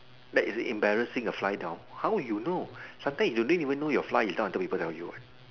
that is an embarrassing of fly down how you know sometimes you didn't even know your fly is down until people tell you what